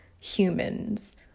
humans